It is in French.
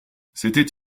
c’était